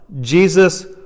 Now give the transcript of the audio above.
Jesus